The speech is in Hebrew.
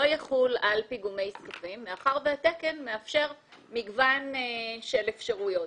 יחול על פיגומי זקפים מאחר והתקן מאפשר מגוון של אפשרויות.